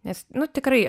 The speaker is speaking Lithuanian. nes nu tikrai